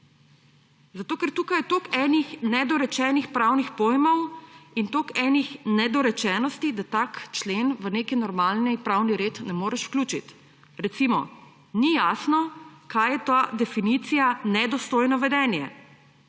Zato ker tukaj je toliko enih nedorečenih pravnih pojmov in toliko enih nedorečenosti, da tak člen v neki normalni pravni red ne moreš vključiti. Recimo, ni jasno, kaj je ta definicija »nedostojno vedenje«.